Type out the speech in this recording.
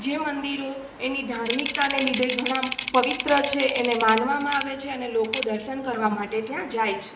જે મંદિરો એની ધાર્મિકતાને લીધે ઘણા પવિત્ર છે એને માનવામાં આવે છે અને લોકો દર્શન કરવા માટે ત્યાં જાય છે